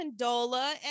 Condola